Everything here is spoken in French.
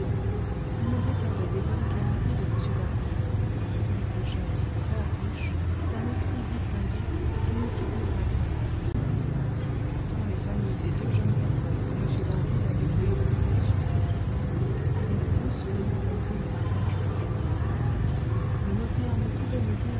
on me répondait des bonnes qualités de m d'harville il était jeune fort riche d'un esprit distingué d'une figure agréable et pourtant les familles des deux jeunes personnes que m d'harville avait dû épouser successivement avaient brusquement rompu le mariage projeté le notaire ne pouvait me dire